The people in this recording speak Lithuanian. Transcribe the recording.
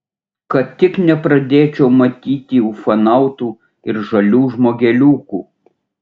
kad tik nepradėčiau matyti ufonautų ir žalių žmogeliukų